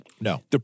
No